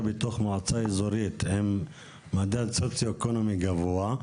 בתוך מועצה אזורית עם מדד סוציו-אקונומי גבוה,